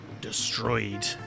destroyed